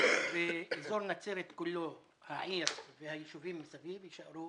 ואזור נצרת כולו, העיר והיישובים מסביב, יישארו